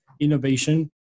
innovation